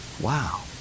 Wow